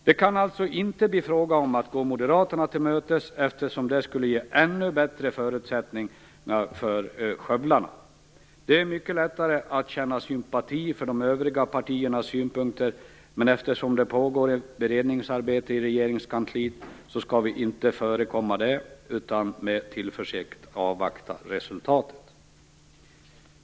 Det kan alltså inte bli fråga om att gå Moderaterna till mötes, eftersom det skulle ge ännu bättre förutsättningar för skövlarna. Det är mycket lättare att känna sympati för de övriga partiernas synpunkter, men eftersom det pågår ett beredningsarbete i Regeringskansliet skall vi inte förekomma det utan med tillförsikt avvakta resultatet.